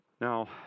Now